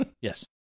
Yes